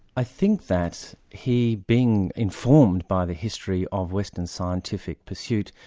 i think that he, being informed by the history of western scientific pursuit,